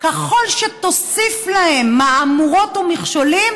ככל שתוסיף להם מהמורות ומכשולים,